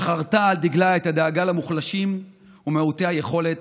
שחרתה על דגלה את הדאגה למוחלשים ומעוטי היכולת,